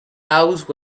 house